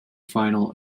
final